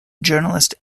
journalist